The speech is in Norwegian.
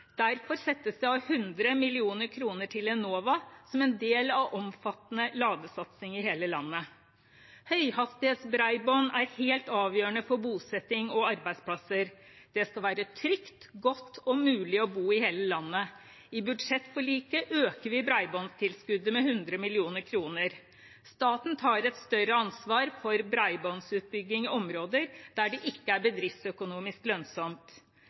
Derfor settes det av 100 mill. kr til Enova, som del av en omfattende ladesatsing i hele landet. Høyhastighetsbredbånd er helt avgjørende for bosetting og arbeidsplasser. Det skal være trygt, godt og mulig å bo i hele landet. I budsjettforliket øker vi bredbåndstilskuddet med 100 mill. kr. Staten tar et større ansvar for bredbåndsutbygging i områder der det ikke er bedriftsøkonomisk lønnsomt.